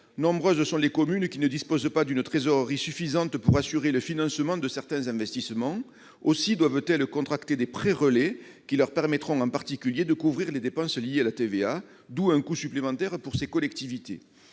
nombreuses sont les communes qui ne disposent pas d'une trésorerie suffisante pour assurer le financement de certains investissements. Aussi doivent-elles contracter des prêts relais qui leur permettront en particulier de couvrir les dépenses de TVA, d'où un coût supplémentaire pour ces collectivités.